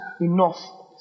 enough